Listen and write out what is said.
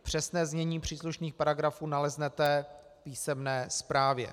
Přesné znění příslušných paragrafů naleznete v písemné zprávě.